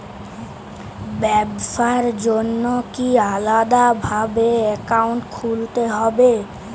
ব্যাবসার জন্য কি আলাদা ভাবে অ্যাকাউন্ট খুলতে হবে?